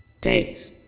Days